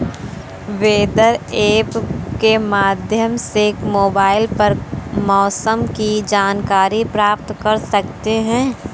weather app के माध्यम से मोबाइल पर मौसम की जानकारी प्राप्त कर सकते हैं